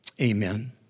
Amen